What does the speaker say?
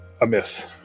amiss